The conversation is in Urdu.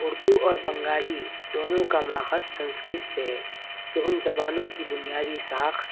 اردو اور بنگالی دونوں کا ماخذ سنسکرت سے ہے جو ان زبانوں کی بنیادی ساخت